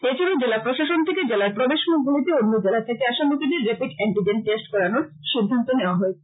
এছাড়াও জেলা প্রশাসন থেকে জেলার প্রবেশ মুখগুলিতে অন্য জেলা থেকে আসা লোকেদের রেপিড এন্টিজেন টেষ্ট করানোর সিদ্ধান্ত নেওয়া হয়েছে